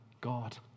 God